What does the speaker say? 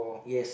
yes